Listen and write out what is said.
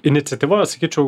iniciatyva sakyčiau